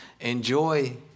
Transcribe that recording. enjoy